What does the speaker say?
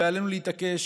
ועלינו להתעקש,